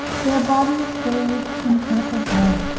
theyr bodyes, bathed in purple blood,